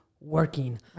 working